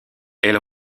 elle